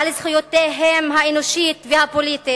על זכויותיהם האנושיות והפוליטיות,